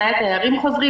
מתי התיירים חוזרים.